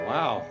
Wow